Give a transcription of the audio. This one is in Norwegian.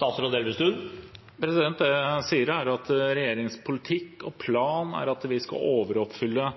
Det jeg sier, er at regjeringens politikk og plan er at vi skal overoppfylle